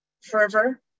fervor